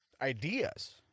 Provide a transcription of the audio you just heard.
ideas